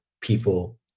people